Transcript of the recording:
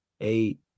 eight